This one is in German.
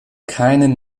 keinen